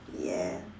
ya